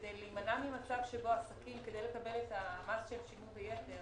כדי להימנע ממצב שבו עסקים כדי לקבל את המס שהם שילמו ביתר